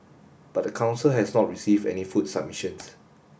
but the council has not received any food submissions